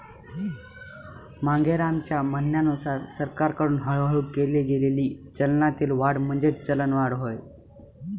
मांगेरामच्या म्हणण्यानुसार सरकारकडून हळूहळू केली गेलेली चलनातील वाढ म्हणजेच चलनवाढ होय